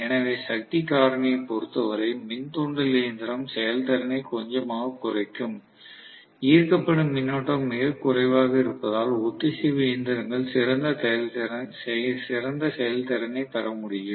எனவே சக்தி காரணியை பொறுத்த வரை மின் தூண்டல் இயந்திரம் செயல்திறனைக் கொஞ்சமாகக் குறைக்கும் ஈர்க்கப்படும் மின்னோட்டம் மிக குறைவாக இருப்பதால் ஒத்திசைந்த இயந்திரங்கள் சிறந்த செயல்திறனைப் பெற முடியும்